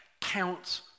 counts